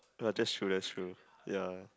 ya that's true that's true ya